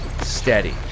steady